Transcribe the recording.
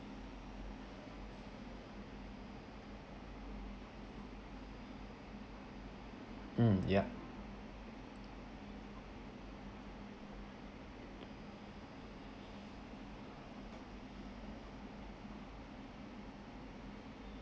mm ya